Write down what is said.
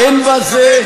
אין בזה,